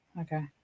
Okay